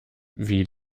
wie